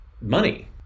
money